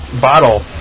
bottle